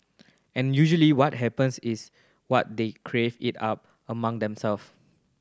and usually what happens is what they crave it up among themselves